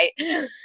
right